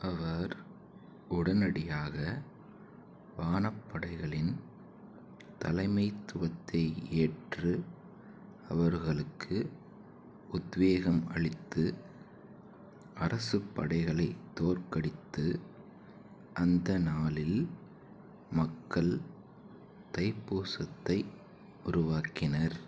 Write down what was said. அவர் உடனடியாக வானப் படைகளின் தலைமைத்துவத்தை ஏற்று அவர்களுக்கு உத்வேகம் அளித்து அரசுப் படைகளை தோற்கடித்து அந்த நாளில் மக்கள் தைப்பூசத்தை உருவாக்கினர்